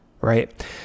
right